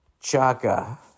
chaka